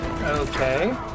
Okay